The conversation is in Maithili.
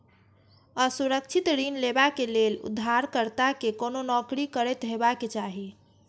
असुरक्षित ऋण लेबा लेल उधारकर्ता कें कोनो नौकरी करैत हेबाक चाही